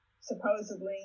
supposedly